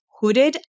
hooded